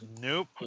nope